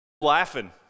laughing